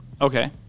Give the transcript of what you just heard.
Okay